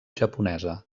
japonesa